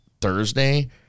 Thursday